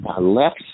left